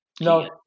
no